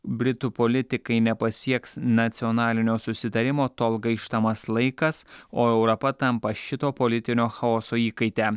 britų politikai nepasieks nacionalinio susitarimo tol gaištamas laikas o europa tampa šito politinio chaoso įkaite